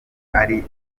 ari